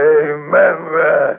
Remember